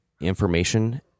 information